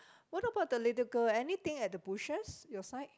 what about the little girl anything at the bushes your side